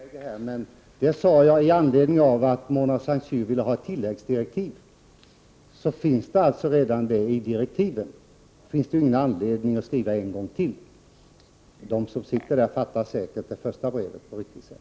Fru talman! Detta är mitt sista inlägg. Det sista som Mona Saint Cyr kommenterade sade jag med anledning av att Mona Saint Cyr ville ha ett tilläggsdirektiv. Men detta ingår redan i direktiven. Då finns det ingen anledning att skriva samma sak en gång till. De som sitter i arbetsmiljökommissionen fattar säkert de givna direktiven på ett riktigt sätt.